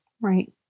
Right